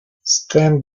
stand